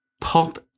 pop